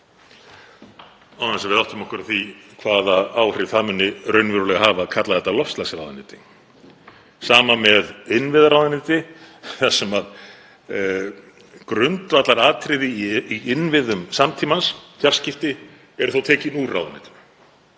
án þess að við áttum okkur á því hvaða áhrif það muni raunverulega hafa að kalla þetta loftslagsráðuneyti. Sama er með innviðaráðuneyti þar sem grundvallaratriði í innviðum samtímans, fjarskipti, eru þó tekin úr ráðuneytinu.